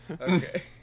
Okay